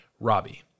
Robbie